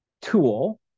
tool